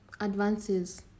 advances